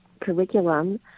curriculum